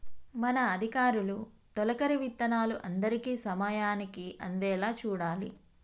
మన అధికారులు తొలకరి విత్తనాలు అందరికీ సమయానికి అందేలా చూడాలి